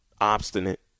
obstinate